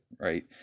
right